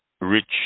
rich